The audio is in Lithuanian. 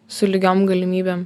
su lygiom galimybėm